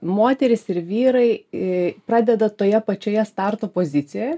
moterys ir vyrai į pradeda toje pačioje starto pozicijoje